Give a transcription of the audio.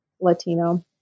Latino